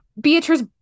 Beatrice